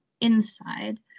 inside